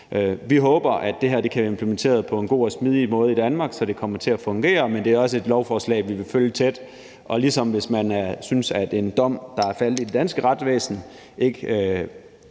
Vi håber, at det her kan blive implementeret på en god og smidig måde i Danmark, så det kommer til at fungere. Det er også et lovforslag, vi vil følge tæt – også i forhold til hvis man synes, at en dom, der er faldet i det danske retsvæsen, ikke